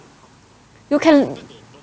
you can